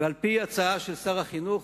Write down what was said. ועל-פי ההצעה של שר החינוך,